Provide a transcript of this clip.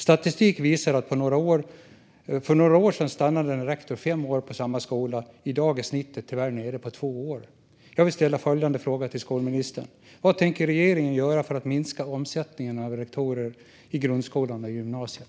Statistik visar att för några år sedan stannade en rektor fem år på samma skola. I dag är snittet tyvärr nere på två år. Jag vill ställa följande fråga till skolministern: Vad tänker regeringen göra för att minska omsättningen av rektorer i grundskolan och gymnasiet?